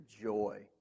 joy